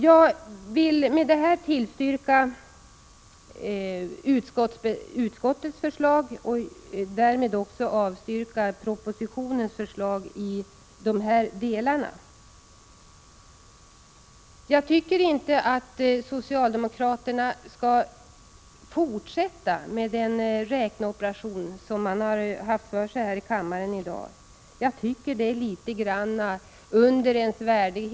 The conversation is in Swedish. Jag vill med detta tillstyrka utskottets förslag och därmed också avstyrka propositionens förslag i de här berörda delarna. Jag tycker inte att socialdemokraterna skall fortsätta med den sifferexercis som man har ägnat sig åt här i kammaren i dag. Det är litet grand under en Prot.